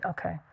Okay